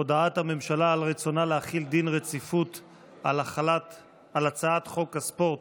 הודעת הממשלה על רצונה להחיל דין רציפות על הצעת חוק הספורט